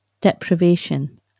deprivation